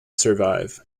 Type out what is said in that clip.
survive